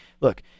look